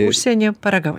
užsieny paragavai